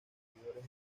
seguidores